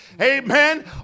amen